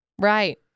Right